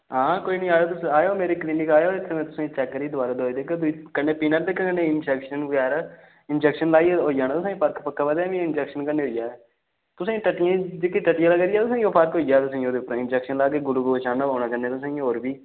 हां कोई नेईं आएओ तुस आएओ मेरे क्लिनिक आएओ मैं तुसेंगी चैक करियै दबारा दवाई देगा कन्नै पीने आह्ली देगा कन्नै इंजैक्शन बगैरा इंजैक्शन लाइयै होई जाना तुसेंगी फर्क पक्का पता मिगी इंजैक्शन कन्नै होई जाना तुसेंगी टट्टियें जेह्के टट्टियें दा जां फर्क होई गेदा ओह्दे उप्पर इंजैक्शन लागे ग्लूकोज चाढ़ना पौना तुसेंगी कन्नै होर बी